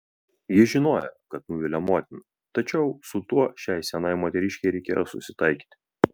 ji žinojo kad nuvilia motiną tačiau su tuo šiai senai moteriškei reikėjo susitaikyti